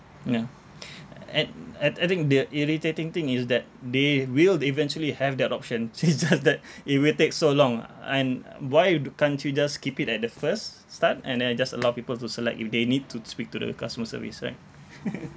yeah at I I think the irritating thing is that they will eventually have that option it's just that it will take so long and why can't you just keep it at the first start and then like just allow people to select if they need to speak to the customer service right